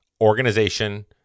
organization